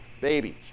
babies